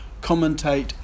commentate